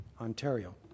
Ontario